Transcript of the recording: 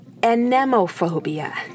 anemophobia